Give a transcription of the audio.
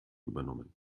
übernommen